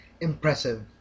impressive